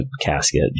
casket